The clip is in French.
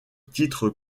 titre